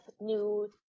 new